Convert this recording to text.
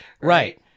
right